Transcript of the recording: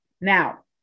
Now